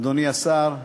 אדוני השר,